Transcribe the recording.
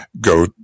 go